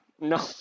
No